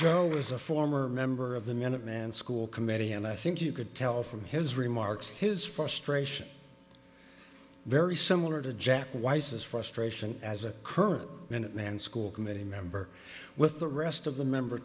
is a former member of the minuteman school committee and i think you could tell from his remarks his frustration very similar to jack weiss as frustration as a current minuteman school committee member with the rest of the member